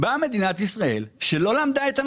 באה מדינת ישראל, שלא למדה את הנושא,